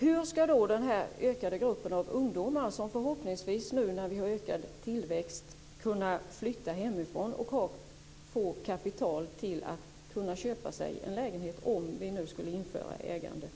Hur skall då den ökande gruppen av ungdomar kunna flytta hemifrån och få kapital för att kunna köpa sig en lägenhet, om vi nu skulle införa ägarlägenheter?